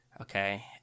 Okay